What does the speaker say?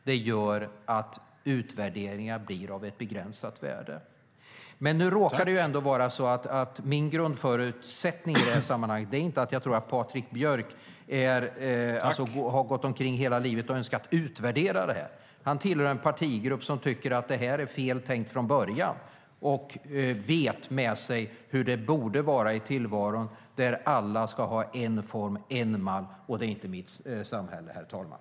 Det gör att utvärderingar blir av begränsat värde. Nu råkar det vara så att min grundförutsättning i sammanhanget inte är att jag tror att Patrik Björck har gått omkring hela livet och önskat utvärdera det här. Han tillhör en partigrupp som tycker att det här är fel tänkt från början och vet med sig hur det borde vara i tillvaron: Alla ska ha en form och en mall. Det är inte mitt samhälle, herr talman.